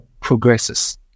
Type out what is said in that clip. progresses